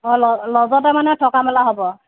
অঁ ল'জতে মানে থকা মেলা হ'ব